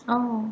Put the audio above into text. oh